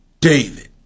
David